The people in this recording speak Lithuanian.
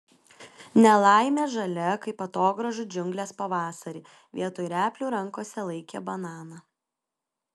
nelaimė žalia kaip atogrąžų džiunglės pavasarį vietoj replių rankose laikė bananą